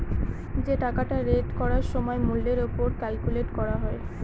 যে টাকাটা রেট করার সময় মূল্যের ওপর ক্যালকুলেট করা হয়